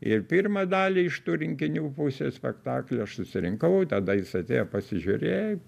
ir pirmą dalį iš tų rinkinių pusę spektaklio aš susirinkau tada jis atėjo pasižiūrėjo